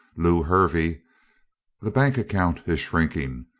lew hervey the bank account is shrinking,